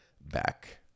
back